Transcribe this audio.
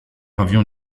avion